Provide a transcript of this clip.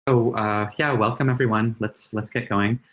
so yeah, welcome, everyone. let's let's get going.